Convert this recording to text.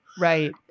Right